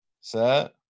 set